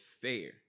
fair